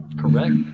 Correct